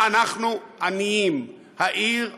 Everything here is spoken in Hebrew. אנחנו עניים, העיר הזאת,